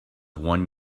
one